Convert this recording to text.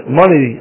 money